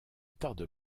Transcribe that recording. tarde